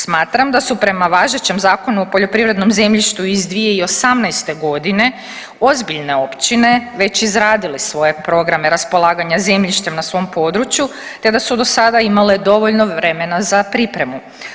Smatram da su prema važećem Zakonu o poljoprivrednom zemljištu iz 2018.g. ozbiljne općine već izradile svoje programe raspolaganja zemljištem na svom području, te da su do sada imale dovoljno vremena za pripremu.